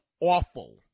awful